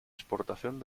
exportación